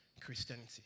Christianity